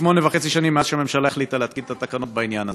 ושמונה וחצי שנים מאז החליטה הממשלה להתקין את התקנות בעניין הזה.